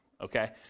okay